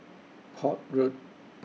Port Road